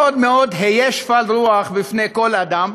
מאוד מאוד הווי שפל רוח בפני כל האדם,